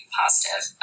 positive